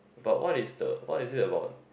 but what is the what is it about